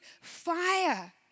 fire